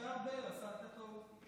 משה ארבל עשה את הכול.